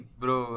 bro